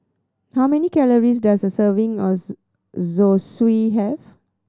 how many calories does a serving of Zosui have